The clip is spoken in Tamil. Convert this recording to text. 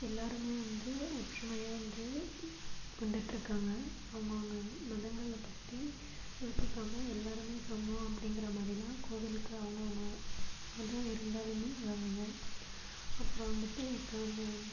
எல்லோருமே வந்து ஒற்றுமையாக வந்து வந்துட்டிருக்காங்க அவங்கவங்க மதங்களை பற்றி யோசிக்காமல் எல்லோருமே சமம் அப்படிங்கிற மாதிரிலாம் கோவிலுக்கு அவங்கவங்க மதம் இருந்தாலுமே வராங்க அப்புறம் வந்துட்டு இப்போ நம்ம